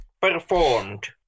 performed